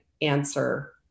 answer